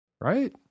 Right